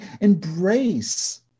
embrace